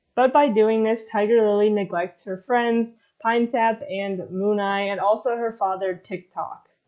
but by doing this tiger lily neglects her friends pine sap and moon eye, and also her father tick tock.